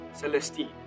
Celestine